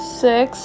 six